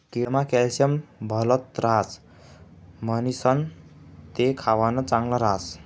केळमा कॅल्शियम भलत ह्रास म्हणीसण ते खावानं चांगल ह्रास